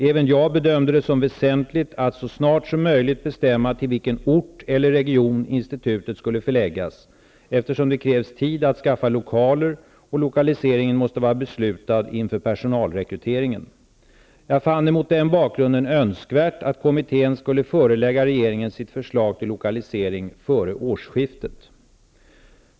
Även jag bedömde det som väsentligt att så snart som möjligt bestämma till vilken ort eller region institutet skulle förläggas, eftersom det krävs tid att skaffa lokaler och lokaliseringen måste vara beslutad inför personalrekryteringen. Jag fann det mot den bakgrunden önskvärt att kommittén skulle förelägga regeringen sitt förslag till lokalisering före årsskiftet.